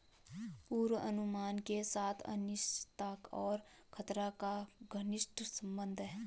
पूर्वानुमान के साथ अनिश्चितता और खतरा का घनिष्ट संबंध है